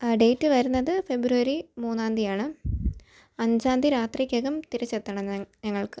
ആ ഡേറ്റ് വരുന്നത് ഫെബ്രുവരി മൂന്നാന്തിയാണ് അഞ്ചാന്തി രാത്രിക്കകം തിരിച്ചെത്തണം ഞങ്ങൾക്ക്